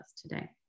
today